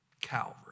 Calvary